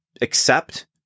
accept